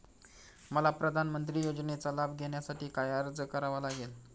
मला प्रधानमंत्री योजनेचा लाभ घेण्यासाठी काय अर्ज करावा लागेल?